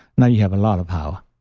now you have a lot of power,